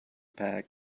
pack